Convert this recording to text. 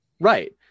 Right